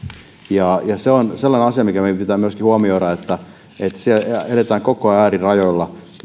ja se on sellainen asia mikä meidän pitää myöskin huomioida että siellä eletään koko ajan äärirajoilla